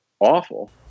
awful